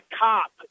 cop